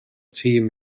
tîm